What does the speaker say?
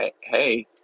hey